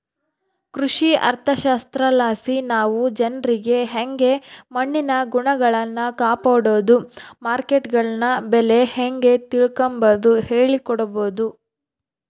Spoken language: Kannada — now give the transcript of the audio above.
ಕೃಷಿ ಅರ್ಥಶಾಸ್ತ್ರಲಾಸಿ ನಾವು ಜನ್ರಿಗೆ ಯಂಗೆ ಮಣ್ಣಿನ ಗುಣಗಳ್ನ ಕಾಪಡೋದು, ಮಾರ್ಕೆಟ್ನಗ ಬೆಲೆ ಹೇಂಗ ತಿಳಿಕಂಬದು ಹೇಳಿಕೊಡಬೊದು